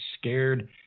scared –